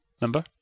remember